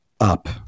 up